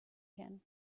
can